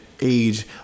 Age